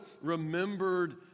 remembered